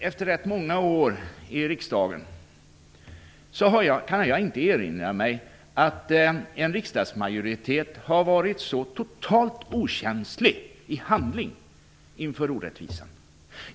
Efter rätt många år i riksdagen kan jag inte erinra mig att en riksdagsmajoritet har varit så totalt okänslig i handling inför orättvisan.